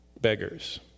beggars